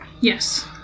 Yes